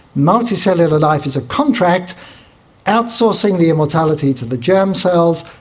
multicellular life is a contract outsourcing the immortality to the germ cells,